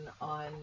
on